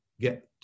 get